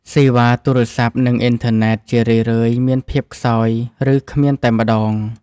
សេវាទូរស័ព្ទ និងអ៊ីនធឺណិតជារឿយៗមានភាពខ្សោយ ឬគ្មានតែម្ដង។